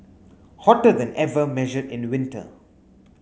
hotter than ever measured in winter